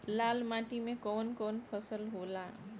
लाल माटी मे कवन कवन फसल होला?